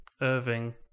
Irving